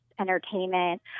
entertainment